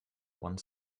one